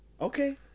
Okay